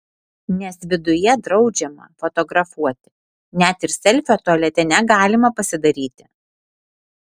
nes viduje draudžiama fotografuoti net ir selfio tualete negalima pasidaryti